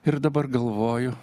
ir dabar galvoju